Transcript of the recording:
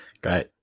Great